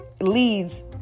leads